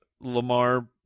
Lamar